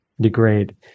degrade